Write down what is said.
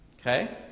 Okay